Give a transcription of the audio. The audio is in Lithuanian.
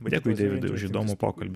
dėkui deividai už įdomų pokalbį